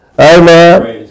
Amen